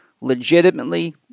legitimately